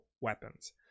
weapons